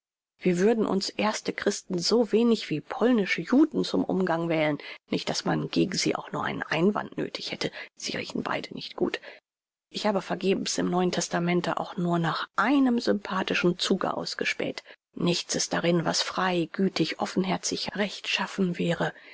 wir würden uns erste christen so wenig wie polnische juden zum umgang wählen nicht daß man gegen sie auch nur einen einwand nöthig hätte sie riechen beide nicht gut ich habe vergebens im neuen testamente auch nur nach einem sympathischen zuge ausgespäht nichts ist darin was frei gütig offenherzig rechtschaffen wäre